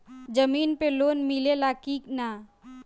जमीन पे लोन मिले ला की ना?